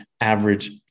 average